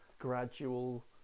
gradual